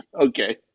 okay